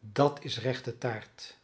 dat is rechte taart